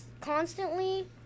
constantly